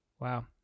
Wow